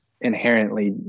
inherently